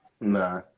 Nah